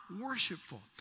worshipful